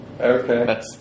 okay